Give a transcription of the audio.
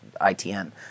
ITN